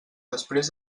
després